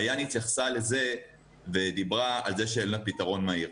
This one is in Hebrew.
מעיין דיברה על זה שאין לה פתרון מהיר,